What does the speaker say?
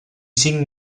cinc